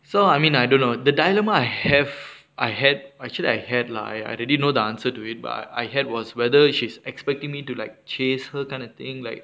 so I mean I don't know the dilemma I have I had actually I had lah I already know the answer to it but I had was whether she's expecting me to like chase her kind of thing like